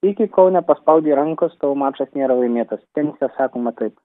iki kol nepaspaudei rankos tol mačas nėra laimėtas tenise sakoma taip